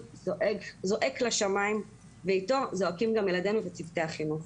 זועק לשמיים ואיתו זועקים גם ילדנו וצוותי החינוך.